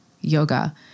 yoga